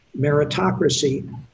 meritocracy